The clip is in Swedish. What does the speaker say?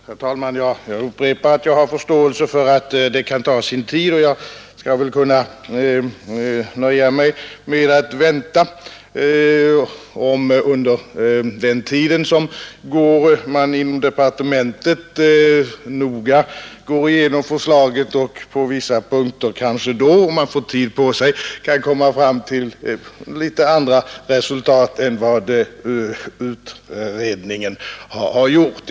Herr talman! Jag upprepar att jag har förståelse för att det kan ta sin tid. Jag kan väl nöja mig med att vänta, om man i departementet under den tid som förflyter noga går igenom förslaget och på vissa punkter, om man får tid på sig, kanske t.o.m. kan komma fram till litet andra resultat än vad utredningen har gjort.